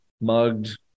mugged